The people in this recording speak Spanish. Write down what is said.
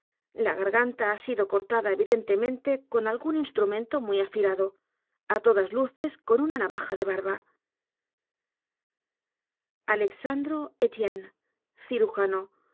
t a ha sido cortada evidentemente con algún instrumento muy afilado á todas luces con una navaja de b a r b a alexandra elienne cirujano